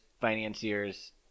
financiers